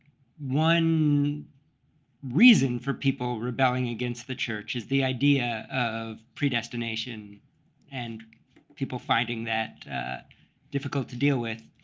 one reason for people rebelling against the church is the idea of predestination and people finding that difficult to deal with.